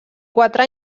quatre